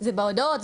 זה בהודעות,